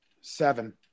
seven –